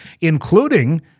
including